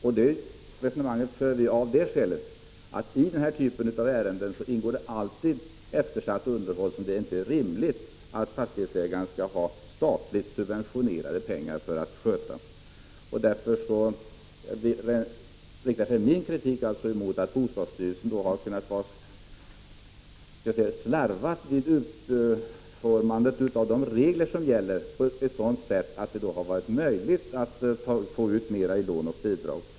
Detta resonemang för vi i centern av det skälet att det i denna typ av ärenden alltid ingår eftersatt underhåll, som det inte är rimligt att fastighetsägaren skall få statligt subventionerade pengar för att sköta. Vår kritik riktar sig alltså mot att bostadsstyrelsen har slarvat vid utformandet av reglerna på ett sådant sätt att det har varit möjligt för fastighetsägare att få ut mera i lån och bidrag.